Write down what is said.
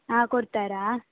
ಆಂ ಕೊಡ್ತಾರಾ